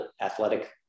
athletic